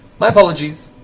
my apologies,